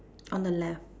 on the left